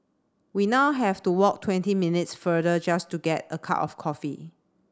we now have to walk twenty minutes further just to get a cup of coffee